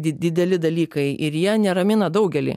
di dideli dalykai ir jie neramina daugelį